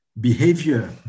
behavior